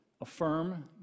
affirm